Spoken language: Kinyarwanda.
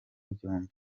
byombi